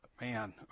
man